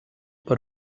per